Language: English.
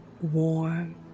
Warm